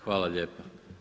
Hvala lijepa.